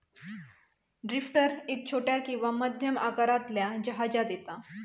drifter एक छोट्या किंवा मध्यम आकारातल्या जहाजांत येता